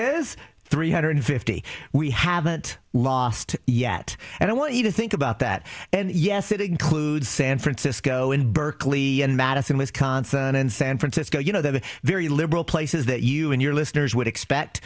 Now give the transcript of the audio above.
is three hundred fifty we haven't lost yet and i want you to think about that and yes it includes san francisco and berkeley and madison wisconsin and san francisco you know they're very liberal places that you and your listeners would expect